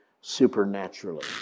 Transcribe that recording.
supernaturally